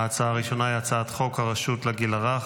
ההצעה הראשונה היא הצעת חוק הרשות לגיל הרך,